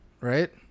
right